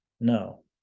No